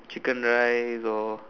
chicken rice or